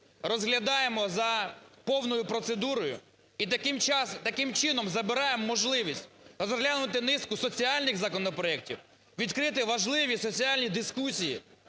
розглядаємо за повною процедурою і таким чином забираємо можливість розглянути низку соціальних законопроектів, відкрити важливі соціальні дискусії